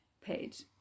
page